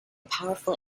powerful